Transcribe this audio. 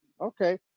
Okay